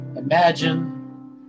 Imagine